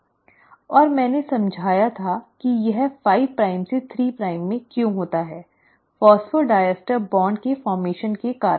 और मैंने समझाया था कि यह 5 प्राइम से 3 प्राइम में क्यों होता है फॉस्फोडिएस्टर बांड के गठन के कारण